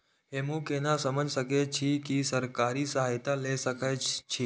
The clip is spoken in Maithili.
हमू केना समझ सके छी की सरकारी सहायता ले सके छी?